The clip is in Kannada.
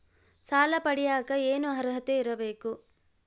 ಸಾಲ ಪಡಿಯಕ ಏನು ಅರ್ಹತೆ ಇರಬೇಕು?